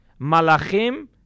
Malachim